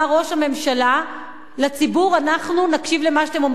הממשלה לציבור: אנחנו נקשיב למה שאתם אומרים,